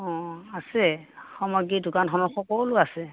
অ আছে সামগ্ৰী দোকানখনত সকলো আছে